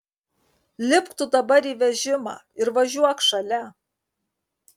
lipk tu dabar į vežimą ir važiuok šalia